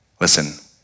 Listen